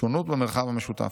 "שונות במרחב המשותף: